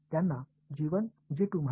எனவே புதிய சிக்கல் என்ன